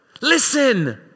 Listen